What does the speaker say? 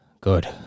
Good